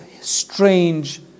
strange